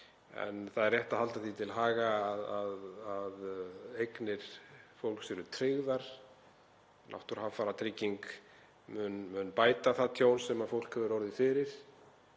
en það er rétt að halda því til haga að eignir fólks eru tryggðar. Náttúruhamfaratrygging mun bæta það tjón sem fólk hefur orðið fyrir